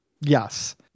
yes